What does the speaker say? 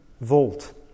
volt